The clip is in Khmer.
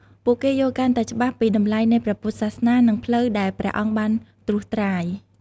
ពួកគេយល់កាន់តែច្បាស់ពីតម្លៃនៃព្រះពុទ្ធសាសនា និងផ្លូវដែលព្រះអង្គបានត្រួសត្រាយ។